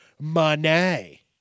money